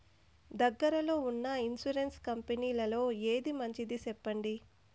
దగ్గర లో ఉన్న ఇన్సూరెన్సు కంపెనీలలో ఏది మంచిది? సెప్పండి?